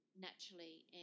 naturally